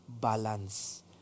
balance